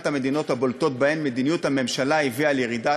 המדינות הבולטות שבהן מדיניות הממשלה הביאה לירידה,